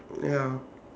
ya